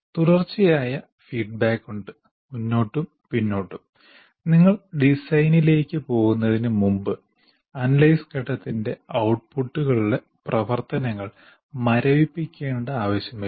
തുടർച്ചയായ ഫീഡ്ബാക്ക് ഉണ്ട് മുന്നോട്ടും പിന്നോട്ടും നിങ്ങൾ ഡിസൈനിലേക്ക് പോകുന്നതിനുമുമ്പ് അനലൈസ് ഘട്ടത്തിന്റെ ഔട്ട്പുട്ടുകളുടെ പ്രവർത്തനങ്ങൾ മരവിപ്പിക്കേണ്ട ആവശ്യമില്ല